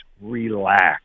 relax